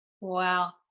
Wow